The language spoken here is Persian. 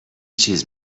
چیز